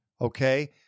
okay